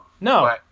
No